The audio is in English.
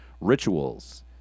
rituals